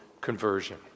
conversion